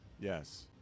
Yes